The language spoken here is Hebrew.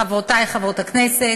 חברותי חברות הכנסת,